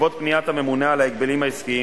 בעקבות פניית הממונה על ההגבלים העסקיים